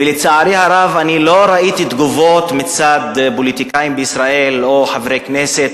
ולצערי הרב אני לא ראיתי תגובות מצד פוליטיקאים בישראל או חברי כנסת